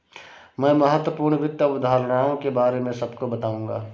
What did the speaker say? मैं महत्वपूर्ण वित्त अवधारणाओं के बारे में सबको बताऊंगा